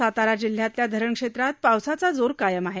सातारा जिल्ह्यातल्या धरण क्षेत्रात पावसाचा जोर कायम आहे